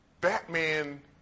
Batman